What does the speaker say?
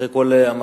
אחרי כל המחמאות,